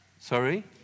Sorry